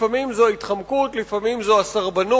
לפעמים זו התחמקות, לפעמים זו סרבנות.